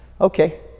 okay